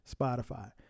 Spotify